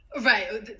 Right